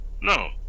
No